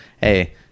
hey